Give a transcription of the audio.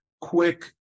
quick